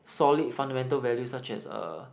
solid fundamental values such as uh